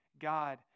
God